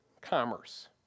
commerce